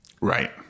right